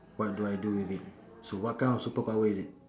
what do I do with it so what kind of superpower is it